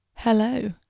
Hello